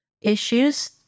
issues